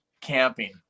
camping